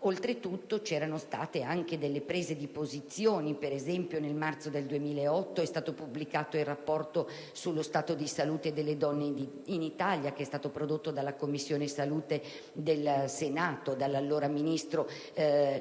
Oltretutto, c'erano state anche delle prese di posizione. Per esempio, nel marzo del 2008 è stato pubblicato il rapporto sullo stato di salute delle donne in Italia che è stato prodotto dalla "Commissione salute delle donne" e grazie all'allora ministro